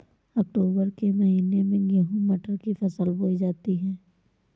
अक्टूबर के महीना में गेहूँ मटर की फसल बोई जाती है